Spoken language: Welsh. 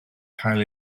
cael